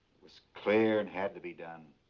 was clear and had to be done.